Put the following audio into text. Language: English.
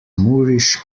moorish